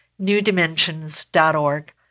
newdimensions.org